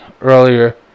earlier